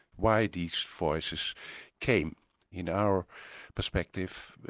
why these voices came in our perspective,